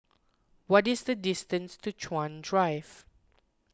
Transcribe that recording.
what is the distance to Chuan Drive